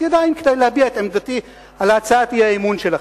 ידיים כדי להביע את עמדתי על הצעת האי-אמון שלכם.